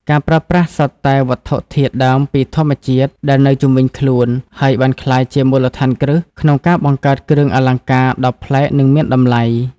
ការប្រើប្រាស់សុទ្ធតែវត្ថុធាតុដើមពីធម្មជាតិដែលនៅជុំវិញខ្លួន ហើយបានក្លាយជាមូលដ្ឋានគ្រឹះក្នុងការបង្កើតគ្រឿងអលង្ការដ៏ប្លែក និងមានតម្លៃ។